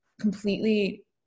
completely